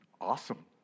awesome